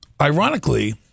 Ironically